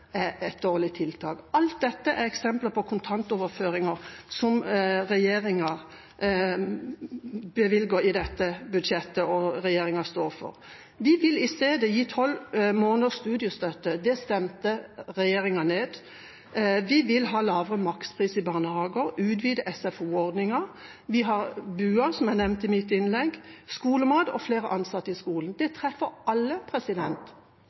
et dårlig tiltak. – Alt dette er eksempler på kontantoverføringer som regjeringa bevilger i dette budsjettet, og som regjeringa står for. Vi vil i stedet gi tolv måneders studiestøtte. Det stemte regjeringa ned. Vi vil ha lave makspriser i barnehager og utvide SFO-ordningen. Vi har BUA-ordningen, som jeg nevnte i mitt innlegg, skolemat og flere ansatte i skolen. Det treffer alle.